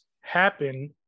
happen